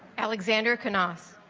alexander cano's